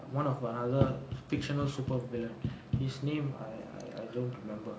one of another fictional super villain his name I I I don't remember